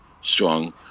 strong